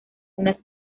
unas